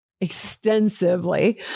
extensively